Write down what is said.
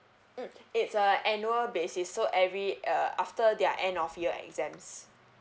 mm it's uh annual basis so every uh after their end of year exams